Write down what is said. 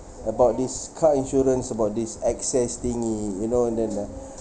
about this car insurance about this excess thingy you know and then lah